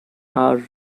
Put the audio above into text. are